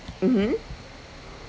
mmhmm